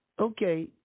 okay